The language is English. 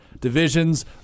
divisions